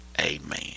Amen